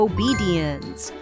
Obedience